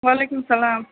وعلیکُم سلام